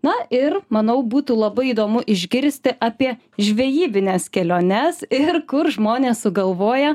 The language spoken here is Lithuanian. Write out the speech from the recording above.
na ir manau būtų labai įdomu išgirsti apie žvejybines keliones ir kur žmonės sugalvoja